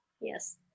Yes